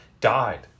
died